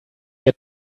get